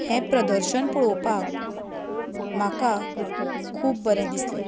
हें प्रदर्शन पळोवपाक म्हाका खूब बरें दिसलें